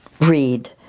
read